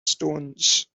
stones